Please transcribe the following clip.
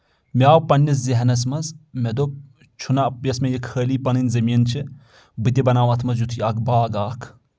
مےٚ آو پننِس ذہنَس منٛز مےٚ دوٚپ چھُنہ یۄس مےٚ یہِ خٲلی پَنٕنۍ زٔمیٖن چھِ بہٕ تہِ بناو اَتھ منٛز یُتھُے اکھ باغ اَکھ